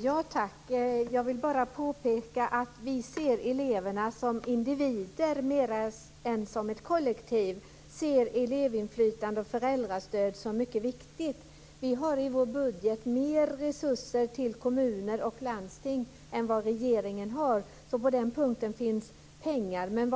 Fru talman! Jag vill bara påpeka att vi ser eleverna mera som individer än som ett kollektiv. Vi ser elevinflytande och föräldrastöd som mycket viktigt. Vi avsätter i vår budget mer resurser till kommuner och landsting än vad regeringen gör. Så på den punkten finns det pengar. Men